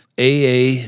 AA